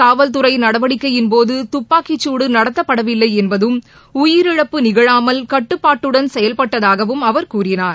காவல் துறை நடவடிக்கையின்போது கப்பாக்கிச்சூடு நடத்தப்படவில்லை என்பதும் உயிரிழப்பு நிகழாமல் கட்டுப்பாட்டுடன் செயல்பட்டதாகவும் அவர் கூறினார்